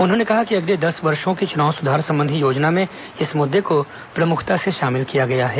उन्होंने कहा कि अगले दस वर्षो की चुनाव सुधार संबंधी योजना में इस मुद्दे को प्रमुखता से शामिल किया गया है